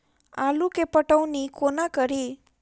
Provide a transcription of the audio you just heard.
आलु केँ पटौनी कोना कड़ी?